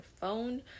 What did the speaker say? phone